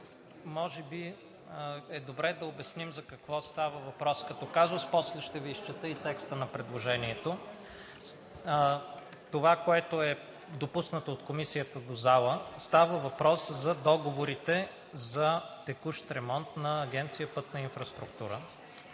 Може би е добре да обясним за какво става въпрос като казус, после ще Ви изчета и текста на предложението. Това, което е допуснато от Комисията до залата – става въпрос за договорите за текущ ремонт на Агенция „Пътна инфраструктура“.